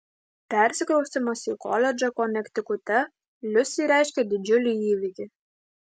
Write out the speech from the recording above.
persikraustymas į koledžą konektikute liusei reiškė didžiulį įvykį